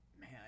Man